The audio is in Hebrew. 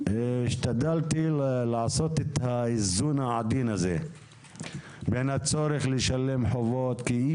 השתדלתי לעשות את האיזון העדין הזה בין הצורך לשלם חובות כי בלי זה אי